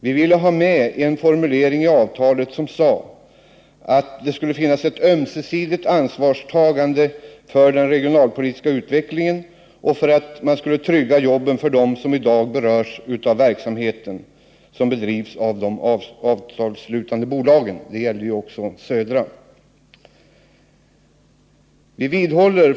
Vi ville i avtalet ha med en formulering om att det skulle finnas ett ömsesidigt ansvarstagande för den regionalpolitiska utvecklingen för att trygga jobben för dem som i dag berörs av den verksamhet som bedrivs av de avtalsslutande bolagen — det gäller ju också Södra Skogsägarna.